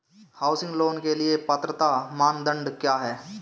Housing loan के लिए पात्रता मानदंड क्या हैं?